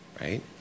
right